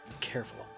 careful